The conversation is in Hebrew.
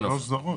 כן, עופר.